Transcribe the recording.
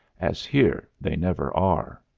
as here they never are.